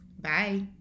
Bye